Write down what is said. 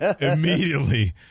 immediately